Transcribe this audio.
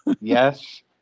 Yes